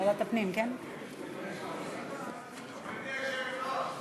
ההצעה להפוך את הצעת חוק המקרקעין